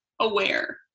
aware